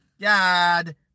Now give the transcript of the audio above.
God